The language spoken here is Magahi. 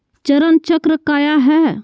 चरण चक्र काया है?